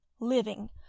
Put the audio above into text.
living